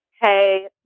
hey